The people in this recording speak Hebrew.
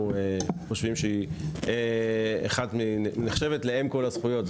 חושבים שהיא נחשבת לאם כל הזכויות.